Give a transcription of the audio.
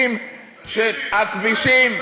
הכבישים,